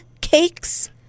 cakes